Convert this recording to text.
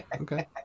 Okay